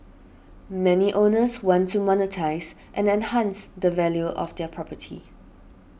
many owners want to monetise and enhance the value of their property